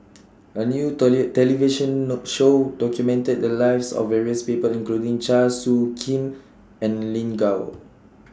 A New toilet television No Show documented The Lives of various People including Chua Soo Khim and Lin Gao